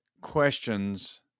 questions